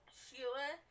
sheila